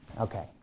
Okay